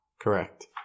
Correct